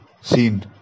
seen